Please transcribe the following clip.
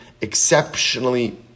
exceptionally